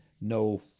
no